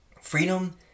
freedom